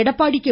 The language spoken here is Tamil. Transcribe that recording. எடப்பாடி கே